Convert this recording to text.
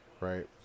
right